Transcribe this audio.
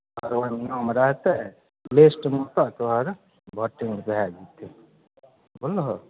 ओहिमे नाम रहतै लिस्टमे तोहर भोटिंग भए जेतै सुनलहो